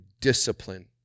discipline